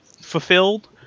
fulfilled